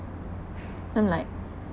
unlike